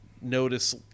notice